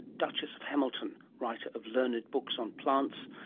duchess of hamilton, writer of learned books on plants,